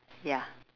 ya